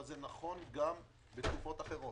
אבל זה נכון גם לתקופות אחרות.